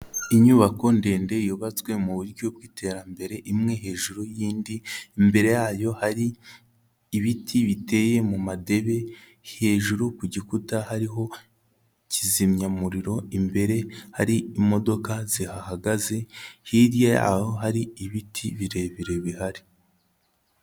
Inyubako ndende yubatswe mu buryo bw'iterambere imwe hejuru y'indi, imbere yayo hari ibiti biteye mu madebe, hejuru ku gikuta hariho kizimyamuriro, imbere hari imodoka zihahagaze, hirya y'aho hari ibiti birebire bihari.